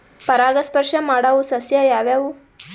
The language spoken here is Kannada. ಪರಾಗಸ್ಪರ್ಶ ಮಾಡಾವು ಸಸ್ಯ ಯಾವ್ಯಾವು?